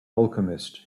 alchemist